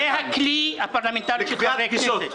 זה הכלי הפרלמנטרי של חברי הכנסת.